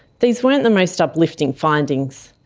these weren't the most uplifting findings.